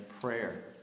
prayer